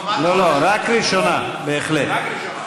רק ראשונה, בהחלט.